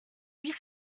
huit